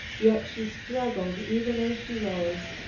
yet she struggled even as she rose.